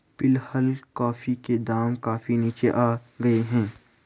फिलहाल कॉफी के दाम काफी नीचे आ गए हैं